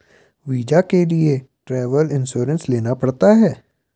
visa के लिए travel insurance लेना पड़ता है